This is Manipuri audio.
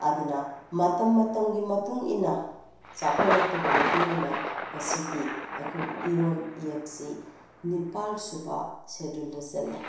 ꯑꯗꯨꯅ ꯃꯇꯝ ꯃꯇꯝꯒꯤ ꯃꯇꯨꯡ ꯏꯟꯅ ꯆꯥꯎꯈꯠꯂꯛꯄꯒꯤ ꯃꯇꯨꯡ ꯏꯟꯅ ꯉꯁꯤꯗꯤ ꯑꯩꯈꯣꯏꯒꯤ ꯏꯔꯣꯜ ꯏꯌꯦꯛꯁꯤ ꯅꯤꯄꯥꯜ ꯁꯨꯕ ꯁꯦꯗꯨꯜꯗ ꯆꯜꯂꯦ